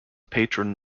patron